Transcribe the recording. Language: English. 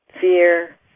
fear